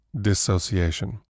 dissociation